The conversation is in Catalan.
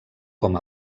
com